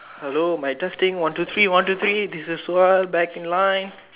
hello mic testing one two three one two three this is sure back in line